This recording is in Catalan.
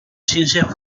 ciències